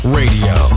radio